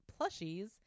plushies